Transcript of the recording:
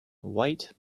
white